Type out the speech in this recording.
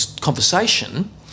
conversation